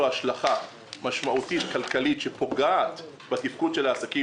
השלכה משמעותית כלכלית שפוגעת בתפקוד של העסקים,